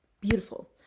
beautiful